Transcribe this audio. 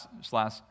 slash